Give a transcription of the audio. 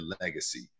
legacy